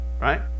right